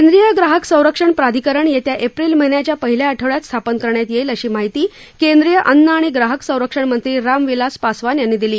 केंद्रीय ग्राहक संरक्षण प्राधिकरण येत्या एप्रिल महिन्याच्या पहिल्या आठवड्यात स्थापन करण्यात येईल अशी माहिती केंद्रीय अन्न आणि ग्राहक संरक्षण मंत्री रामविलास पासवान यांनी पिली